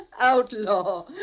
Outlaw